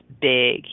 big